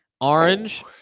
orange